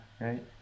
right